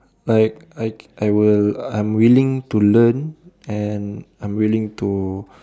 like I I will I'm willing to learn and I'm willing to